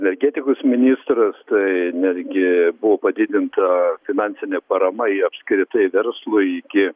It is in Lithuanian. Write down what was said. energetikos ministras tai netgi buvo padidinta finansinė parama jei apskritai verslui iki